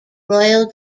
royal